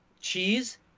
cheese